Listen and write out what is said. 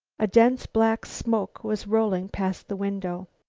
a dense black smoke was rolling past the window.